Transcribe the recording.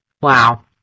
Wow